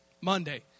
Monday